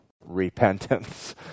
repentance